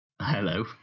Hello